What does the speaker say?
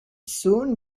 soon